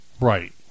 Right